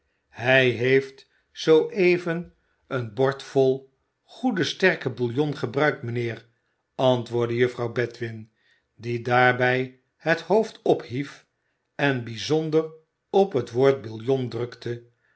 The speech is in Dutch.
hij heeft zoo even een bordvol goeden sterken bouillon gebruikt mijnheer antwoordde juffrouw bedwin die daarbij het hoofd ophief en bijzonder op het woord bouillon drukte